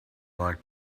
like